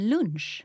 Lunch